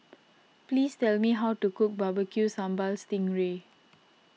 please tell me how to cook Barbecue Sambal Sting Ray